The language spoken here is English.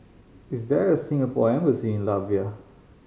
is there a Singapore Embassy in Latvia